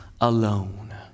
alone